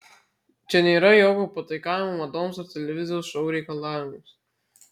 čia nėra jokio pataikavimo madoms ar televizijos šou reikalavimams